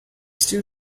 still